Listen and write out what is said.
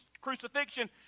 crucifixion